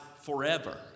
forever